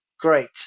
great